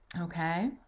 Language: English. Okay